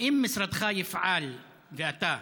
האם משרדך יפעל, ואתה,